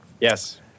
Yes